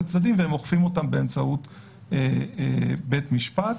הצדדים והם אוכפים אותם באמצעות בית משפט.